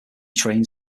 trains